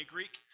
Greek